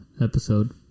episode